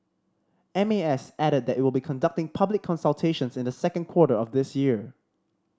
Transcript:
M A S added that it will be conducting public consultations in the second quarter of this year